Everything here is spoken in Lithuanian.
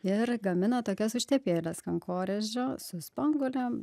ir gamina tokias užtepėlės kankorėžio su spanguolėm